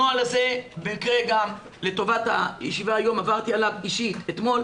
הנוהל הזה במקרה גם לטובת הישיבה היום עברתי עליו אישית אתמול,